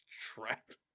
Trapped